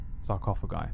sarcophagi